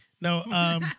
No